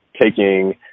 taking